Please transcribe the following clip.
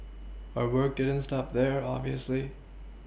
her work didn't stop there obviously